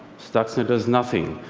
stuxnet does nothing.